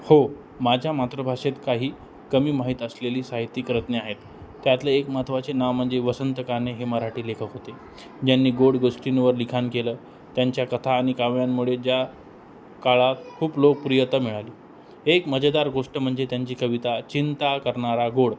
हो माझ्या मातृभाषेत काही कमी माहीत असलेली साहित्यक रत्ने आहेत त्यातले एक महत्त्वाचे नाव म्हणजे वसंत काने हे मराठी लेखक होते ज्यांनी गोड गोष्टींवर लिखाण केलं त्यांच्या कथा आणि काव्यांमुळे ज्या काळात खूप लोकप्रियता मिळाली एक मजेदार गोष्ट म्हणजे त्यांची कविता चिंता करणारा गोड